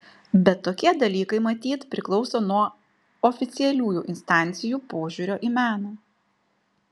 bet tokie dalykai matyt priklauso nuo oficialiųjų instancijų požiūrio į meną